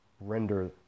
render